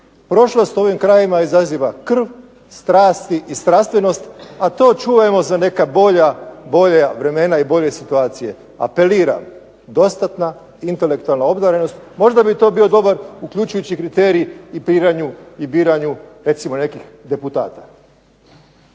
Prošlost u ovim krajevima izaziva krv, strasti i strastvenost, a to čuvajmo za neka bolja vremena i bolje situacije. Apeliram, dostatna intelektualna obdarenost. Možda bi to bio dobar, uključujući i kriterij i biranju recimo nekih deputata.